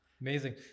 amazing